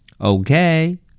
Okay